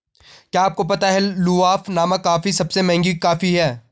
क्या आपको पता है लूवाक नामक कॉफ़ी सबसे महंगी कॉफ़ी है?